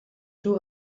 two